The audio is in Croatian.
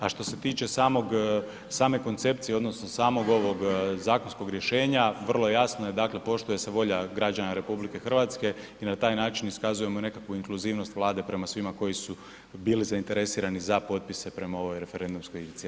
A što se tiče same koncepcije odnosno samog ovog zakonskog rješenja, vrlo je jasno, dakle poštuje se volja građana RH i na taj način iskazujemo nekakvu inkluzivnost Vlade prema svima koji su bili zainteresirani za potpise prema ovoj referendumskoj inicijativi.